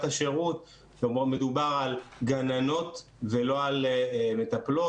השירות ופה מדובר על גננות ולא על מטפלות,